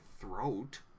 throat